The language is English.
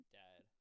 dad